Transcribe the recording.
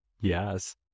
Yes